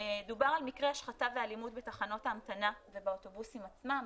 דובר על מקרה השחתה ואלימות בתחנות ההמתנה ובאוטובוסים עצמם.